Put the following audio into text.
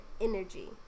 energy